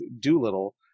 Doolittle